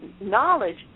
knowledge